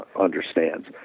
understands